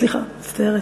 סליחה, מצטערת.